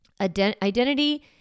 Identity